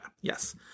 Yes